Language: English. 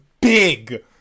big